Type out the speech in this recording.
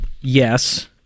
yes